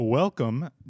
Welcome